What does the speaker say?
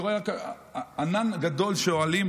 אתה רואה רק ענן גדול של אוהלים.